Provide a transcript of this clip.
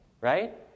Right